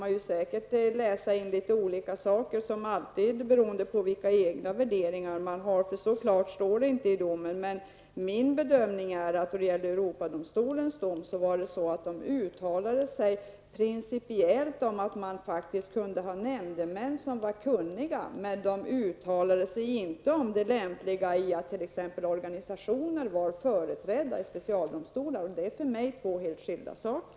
Man kan säkerligen läsa in litet olika meningar i Europadomstolens uttalande, beroende på vilka egna värderingar man har. Min bedömning är att Europadomstolen uttalade sig principiellt att man kunde ha nämndemän som var kunniga. Europadomstolen uttalade sig däremot inte om det lämpliga i att organisationer var företrädda i specialdomstolar. Detta är för mig två helt skilda saker.